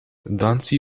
danci